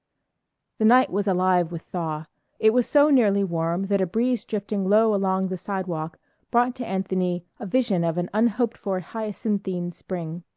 the night was alive with thaw it was so nearly warm that a breeze drifting low along the sidewalk brought to anthony a vision of an unhoped-for hyacinthine spring.